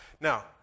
Now